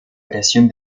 creación